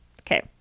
Okay